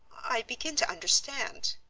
i begin to understand.